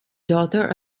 daughter